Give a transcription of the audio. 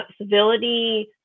civility